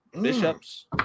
bishops